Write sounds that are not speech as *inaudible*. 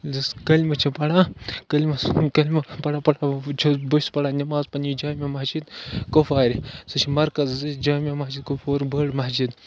ییٚلہِ أسۍ کلمہٕ چھِ پَران کلمَس کلمہٕ *unintelligible* پَتہٕ پٮ۪وان *unintelligible* بہٕ چھُس پَران نٮ۪ماز پنٛنہِ جامعہ مسجِد کۄپوارِ سۄ چھِ مَرکَزٕچ جامعہ مسجِد کۄپوور بٔڑ مسجِد